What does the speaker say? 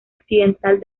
occidental